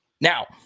Now